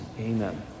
Amen